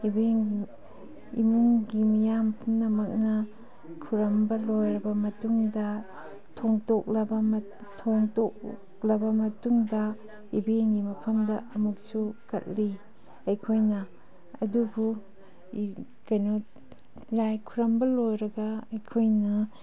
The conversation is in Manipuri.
ꯏꯕꯦꯟꯅ ꯏꯃꯨꯡꯒꯤ ꯃꯤꯌꯥꯝ ꯄꯨꯝꯅꯃꯛꯅ ꯈꯨꯔꯨꯝꯕ ꯂꯣꯏꯔꯕ ꯃꯇꯨꯡꯗ ꯊꯣꯡꯇꯣꯛꯂꯕ ꯃꯇꯨꯡꯗ ꯏꯕꯦꯟꯒꯤ ꯃꯐꯃꯗ ꯑꯃꯨꯛꯁꯨ ꯀꯠꯂꯤ ꯑꯩꯈꯣꯏꯅ ꯑꯗꯨꯕꯨ ꯀꯩꯅꯣ ꯂꯥꯏ ꯈꯨꯔꯨꯝꯕ ꯂꯣꯏꯔꯒ ꯑꯩꯈꯣꯏꯅ